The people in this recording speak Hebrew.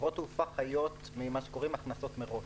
חברות תעופה חיות ממה שנקרא הכנסות מראש.